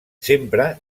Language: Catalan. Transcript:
sempre